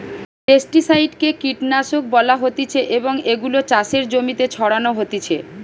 pesticide কে কীটনাশক বলা হতিছে এবং এগুলো চাষের জমিতে ছড়ানো হতিছে